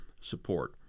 support